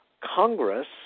Congress